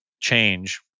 change